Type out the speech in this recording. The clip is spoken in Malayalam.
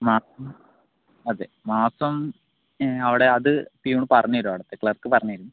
മ്മ് അതെ മാസം അവിടെ അത് പീയൂൺ പറഞ്ഞുതരും അവിടെത്തെ ക്ലർക്ക് പറഞ്ഞേരും